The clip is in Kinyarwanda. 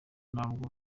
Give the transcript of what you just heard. ntabwo